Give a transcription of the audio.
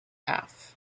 half